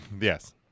Yes